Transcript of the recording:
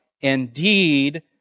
indeed